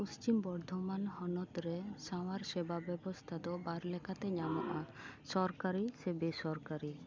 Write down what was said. ᱯᱚᱥᱪᱷᱤᱢ ᱵᱚᱨᱫᱷᱚᱢᱟᱱ ᱦᱚᱱᱚᱛ ᱨᱮ ᱥᱟᱶᱟᱨ ᱥᱮᱵᱟ ᱵᱮᱵᱚᱥᱛᱷᱟ ᱫᱚ ᱵᱟᱨ ᱞᱮᱠᱟᱛᱮ ᱧᱟᱢᱚᱜᱼᱟ ᱥᱚᱨᱠᱟᱨᱤ ᱥᱮ ᱵᱮᱥᱚᱨᱠᱟᱨᱤ